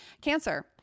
Cancer